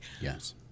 Yes